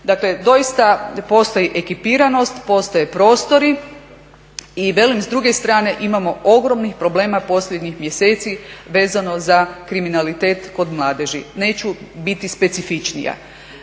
Dakle doista postoji ekipiranost, postoje prostori i velim s druge strane imamo ogromnih problema posljednjih mjeseci vezano za kriminalitet kod mladeži, neću biti specifičnija.